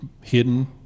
hidden